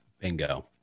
Bingo